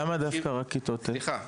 למה דווקא רק כיתות ט'?